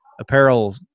apparel